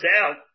out